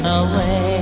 away